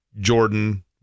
Jordan